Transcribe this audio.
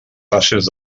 fases